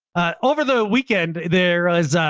over the weekend, there is,